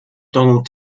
donald